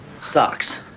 Socks